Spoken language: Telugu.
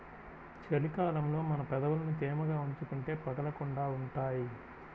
చలి కాలంలో మన పెదవులని తేమగా ఉంచుకుంటే పగలకుండా ఉంటాయ్